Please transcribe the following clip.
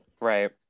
Right